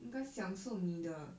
应该享受你的